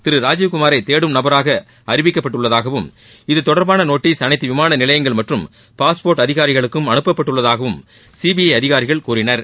திரு ராஜீவ்குமாரை தேடும் நபராக அறிவிக்கப்பட்டுள்ளதாகவும் இதுதொடர்பான நோட்டீஸ் அனைத்து விமான நிலையங்கள் மற்றும் பாஸ்போர்ட் அதிகாரிகளுக்கும் அனுப்பப்பட்டுள்ளதாகவும் சிபிஐ அதிகாரிகள் கூறினர்